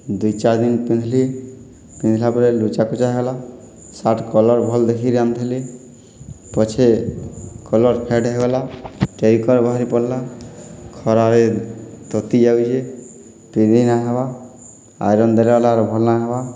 ଦୁଇ ଚାର୍ ଦିନ୍ ପିନ୍ଧ୍ଲି ପିନ୍ଧ୍ଲା ପରେ ଲୁଚାକୁଚା ହେଲା ସାର୍ଟ୍ କଲର୍ ଭଲ୍ ଦେଖିକରି ଆନିଥିଲି ପଛେ କଲର୍ ଫେଡ୍ ହେଇଗଲା ଟେରିକଟ୍ ବାହାରିପଡ଼୍ଲା ଖରାରେ ତତି ଯାଉଛେ ପିନ୍ଧି ନାଇଁ ହେବା ଆଇରନ୍ ଦେଲା ଗଲା ଆଉ ଭଲ୍ ନାଇଁ ହେବା